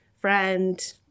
friend